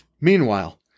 Meanwhile